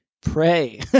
pray